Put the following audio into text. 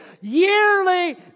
yearly